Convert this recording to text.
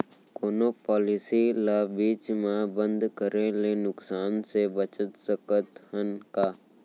कोनो पॉलिसी ला बीच मा बंद करे ले नुकसान से बचत सकत हन का?